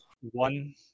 one